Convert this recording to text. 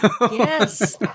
yes